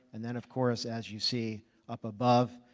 and then of course as you see up above,